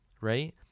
right